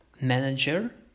manager